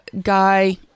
guy